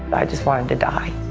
i just wanted to die.